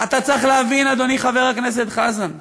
אדוני חבר הכנסת חזן,